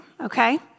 okay